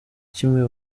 kimwe